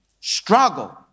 struggle